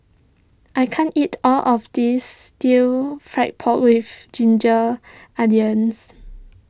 I can't eat all of this Stir Fried Pork with Ginger Onions